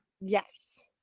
Yes